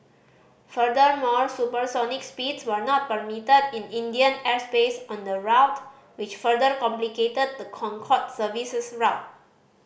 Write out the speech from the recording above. furthermore supersonic speeds were not permitted in Indian airspace on the route which further complicated the Concorde service's route